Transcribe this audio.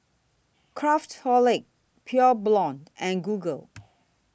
Craftholic Pure Blonde and Google